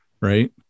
right